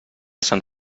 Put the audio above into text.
sant